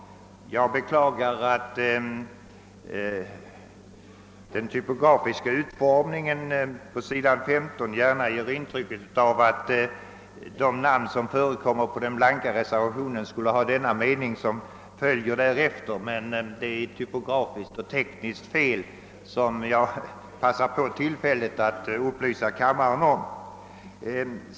Jag beklagar att den typografiska utformningen av s. 15 lätt ger intrycket att den blanka reservationen innehåller den mening som följer efter namnen; det är ett tekniskt missöde som jag passar på tillfället att upplysa kammaren om.